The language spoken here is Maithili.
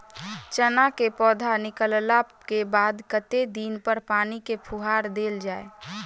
चना केँ पौधा निकलला केँ बाद कत्ते दिन पर पानि केँ फुहार देल जाएँ?